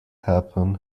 happen